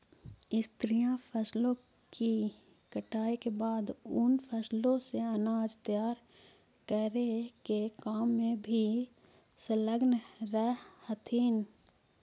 स्त्रियां फसलों की कटाई के बाद उन फसलों से अनाज तैयार करे के काम में भी संलग्न रह हथीन